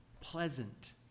pleasant